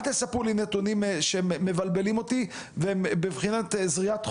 אל תספרו לי נתונים שמבלבלים אותי והם בבחינת זריעת חול.